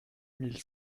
mille